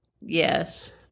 Yes